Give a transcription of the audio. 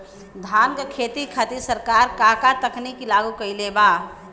धान क खेती खातिर सरकार का का तकनीक लागू कईले बा?